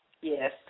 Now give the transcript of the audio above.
Yes